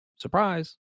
Surprise